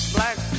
Black